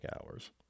hours